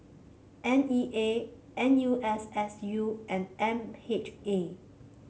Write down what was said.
N E A N U S S U and M H A